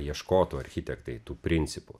ieškotų architektai tų principų